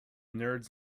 nerds